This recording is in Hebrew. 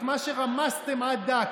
את מה שרמסתם עד דק.